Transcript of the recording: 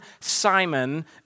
Simon